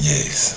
Yes